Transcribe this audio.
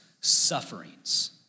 sufferings